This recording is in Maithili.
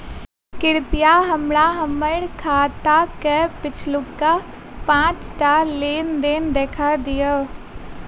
कृपया हमरा हम्मर खाताक पिछुलका पाँचटा लेन देन देखा दियऽ